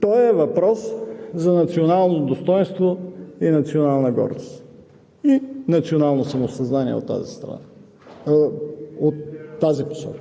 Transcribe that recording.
той е въпрос за национално достойнство и национална гордост и национално самосъзнание от тази посока.